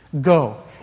Go